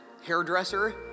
hairdresser